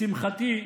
לשמחתי,